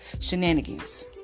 shenanigans